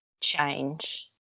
change